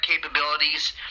capabilities